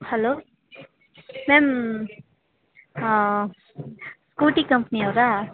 hello ma'am Scooty company ಅವರಾ